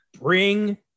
Bring